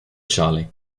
charley